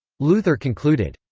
luther concluded,